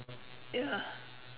ya